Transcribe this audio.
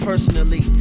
Personally